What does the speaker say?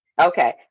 Okay